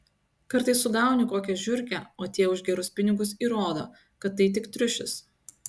kartais sugauni kokią žiurkę o tie už gerus pinigus įrodo kad tai tik triušis